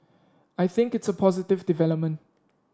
I think it's a positive development